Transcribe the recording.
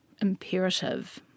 imperative